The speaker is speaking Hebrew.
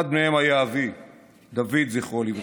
אחד מהם היה אבי דוד, זכרו לברכה.